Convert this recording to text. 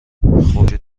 خورشید